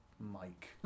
Mike